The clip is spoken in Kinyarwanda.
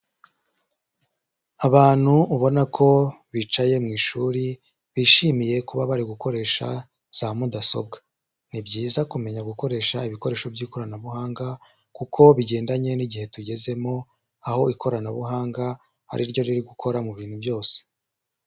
Abantu ubona ko bicaye mu ishuri bishimiye kuba bari gukoresha za mudasobwa, ni byiza kumenya gukoresha ibikoresho by'ikoranabuhanga kuko bigendanye n'igihe tugezemo aho ikoranabuhanga ariryo riri gukora mu bintu byose.